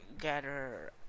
gather